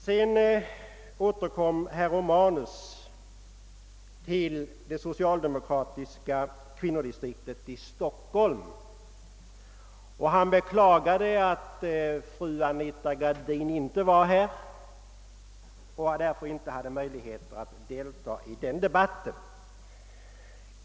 Herr Romanus återkom till det socialdemokratiska <kvinnodistriktet i Stockholm. Han beklagade att Anita Gradin inte var närvarande i kammaren och därför inte hade möjlighet att delta i debatten.